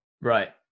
right